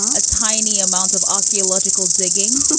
a tiny amount of archaeological digging.